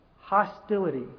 Hostility